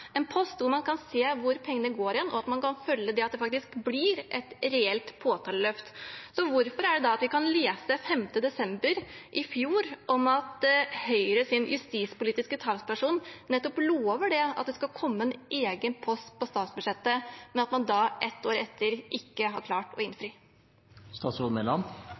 en post der man kan se hvor pengene går hen, og at man kan følge det at det faktisk blir et reelt påtaleløft. Så hvorfor er det slik at vi kan lese, 5. desember i fjor, at Høyres justispolitiske talsperson nettopp lover det, at det skal komme en egen post på statsbudsjettet, men at man da, ett år etter, ikke har klart å